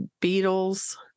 Beatles